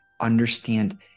understand